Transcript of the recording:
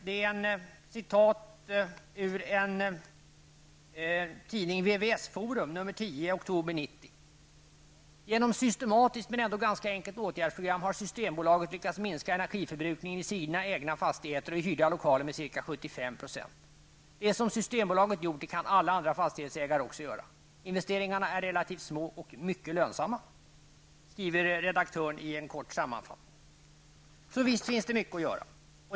Det är ett citat ur en tidning, VVS-Forum nr 10 från oktober 1990. ''Genom ett systematiskt, men ändå ganska enkelt, åtgärdsprogram har Systembolaget lyckats minska energiförbrukningen i sina egna fastigheter och hyrda lokaler med ca 75 %. Det som Systembolaget gjort det kan alla andra fastighetsägare också göra. Investeringarna är relativt små och mycket lönsamma'', skriver redaktören i en kort sammanfattning. Visst finns det mycket att göra.